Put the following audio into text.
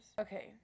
Okay